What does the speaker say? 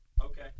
Okay